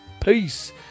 Peace